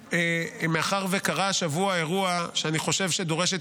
מאחר שקרה השבוע אירוע שאני חושב שדורש את